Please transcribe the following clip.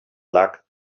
luck